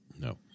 no